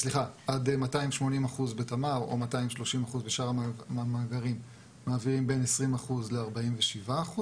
עד 280% בתמר או 230% בשאר מהמאגרים מעבירים בין 20%-47%.